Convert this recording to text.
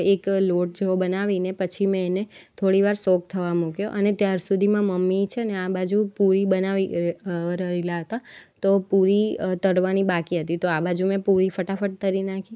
એક લોટ જેવો બનાવીને પછી મેં એને થોડી વાર સોક થવા મૂક્યો અને ત્યારસુધીમાં મમ્મી છેને આ બાજુ પુરી બનાવી રહેલા હતા તો પુરી તળવાની બાકી હતી તો આ બાજુ મેં પુરી ફટાફટ તળી નાખી